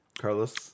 Carlos